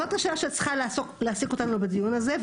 זאת השאלה שצריכה להעסיק אותנו בדיון הזה.